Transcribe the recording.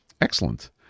Excellent